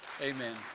Amen